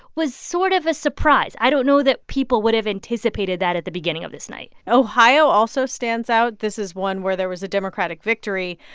was sort of a surprise. i don't know that people would have anticipated that at the beginning of this night ohio also stands out. this is one where there was a democratic victory.